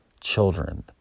children